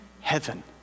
heaven